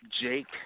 Jake